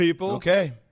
okay